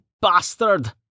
bastard